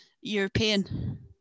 European